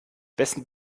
wessen